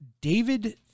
David